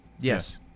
Yes